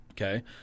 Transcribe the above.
okay